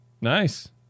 nice